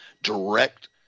Direct